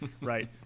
right